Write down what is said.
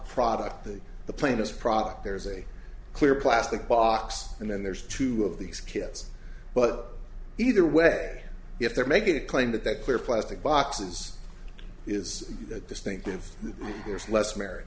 product that the plaintiffs product there's a clear plastic box and then there's two of these kids but either way if they're making a claim that that clear plastic boxes is distinctive there's less m